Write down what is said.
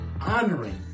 honoring